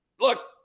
Look